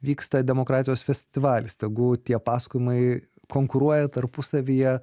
vyksta demokratijos festivalis tegu tie pasakojimai konkuruoja tarpusavyje